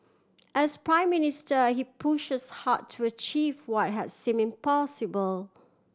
as Prime Minister he push us hard to achieve what has seem impossible